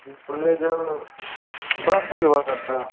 hello जो बात करना था जी